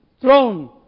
throne